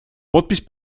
подпись